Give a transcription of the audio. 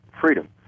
freedom